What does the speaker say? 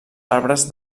arbres